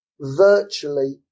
virtually